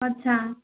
अच्छा